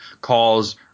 calls